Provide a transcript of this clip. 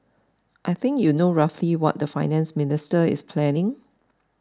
I think you know roughly what the Finance Minister is planning